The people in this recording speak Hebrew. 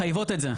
מחייבות את זה.